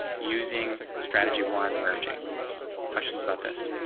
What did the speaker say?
using strategy one merging questions about this.